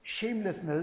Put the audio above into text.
shamelessness